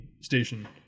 station